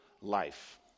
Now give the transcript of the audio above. Life